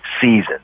Season